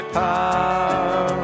power